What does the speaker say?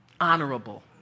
honorable